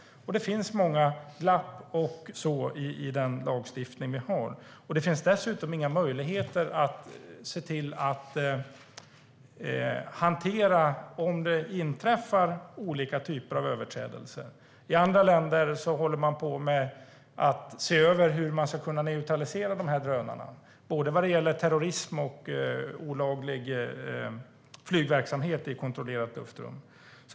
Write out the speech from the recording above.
Det finns många glapp i den lagstiftning vi har. Det finns dessutom inga möjligheter att hantera olika typer av överträdelser. I andra länder håller man på och ser över hur man ska kunna neutralisera drönarna vad gäller terrorism och olaglig flygverksamhet i kontrollerat luftrum.